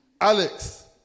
Alex